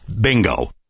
Bingo